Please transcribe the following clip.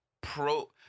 pro